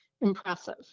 impressive